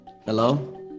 Hello